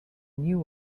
new